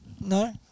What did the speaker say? No